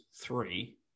three